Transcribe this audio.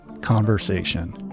conversation